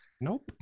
nope